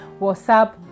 WhatsApp